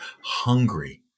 hungry